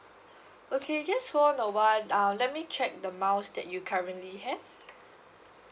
okay just hold on awhile um let me check the miles that you currently have